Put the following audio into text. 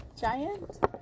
Giant